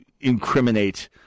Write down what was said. incriminate